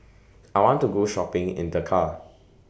I want to Go Shopping in Dakar